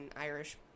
Irish